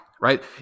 right